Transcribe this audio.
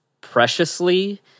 preciously